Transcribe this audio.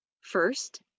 First